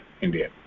India